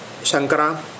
Shankara